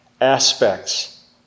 aspects